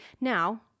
Now